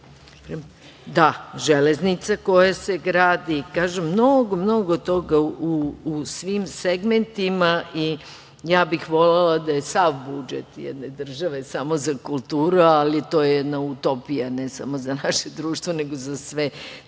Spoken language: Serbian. Da, železnice koje se grade i kažem, mnogo toga u svim segmentima. Ja bih volela da je sav budžet jedne države samo za kulturu, ali to je utopija ne samo za naše društvo, nego za sve